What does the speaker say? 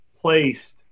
placed